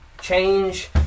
change